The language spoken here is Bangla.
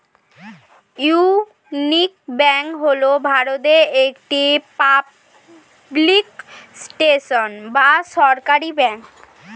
ইউনিয়ন ব্যাঙ্ক হল ভারতের একটি পাবলিক সেক্টর বা সরকারি ব্যাঙ্ক